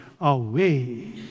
away